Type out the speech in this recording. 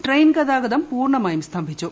train ഗതാഗതം പൂർണമായും സ്തംഭിച്ചു